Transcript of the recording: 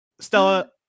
Stella